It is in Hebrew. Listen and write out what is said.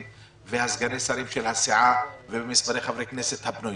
וסגני השרים של הסיעה ובמספרי חברי הכנסת הפנויים,